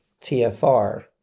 TFR